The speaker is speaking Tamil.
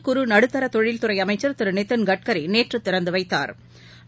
குறு நடுத்தர தொழில் துறை அமைச்சா் திரு நிதின் கட்கரி நேற்று திறந்து வைத்தாா்